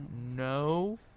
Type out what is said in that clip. No